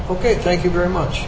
ok thank you very much